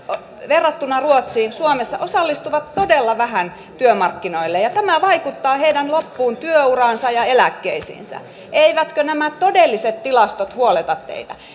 verrattuna ruotsiin suomessa osallistuvat todella vähän työmarkkinoille ja ja tämä vaikuttaa heidän loppuun työuraansa ja eläkkeisiinsä eivätkö nämä todelliset tilastot huoleta teitä